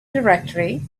directory